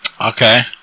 Okay